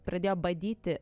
pradėjo badyti